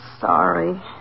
sorry